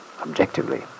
objectively